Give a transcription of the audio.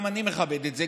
גם אני מכבד את זה,